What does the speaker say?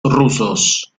rusos